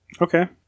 Okay